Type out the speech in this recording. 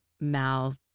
Mal